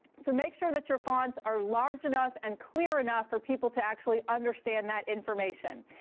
so make sure that your fonts are large enough and clear enough for people to actually understand that information.